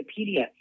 Wikipedia